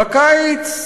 בקיץ,